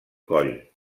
coll